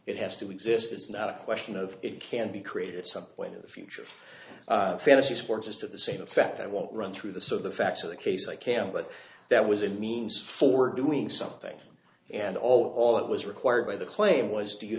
it has to exist it's not a question of it can be created some point in the future fantasy sports is to the same effect i won't run through the sort of the facts of the case i can but that was a means for doing something and all it was required by the claim was do you